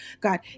God